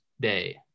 day